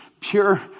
pure